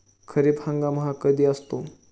खरीप हंगाम हा कधी असतो?